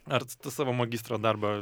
ar tu savo magistro darbą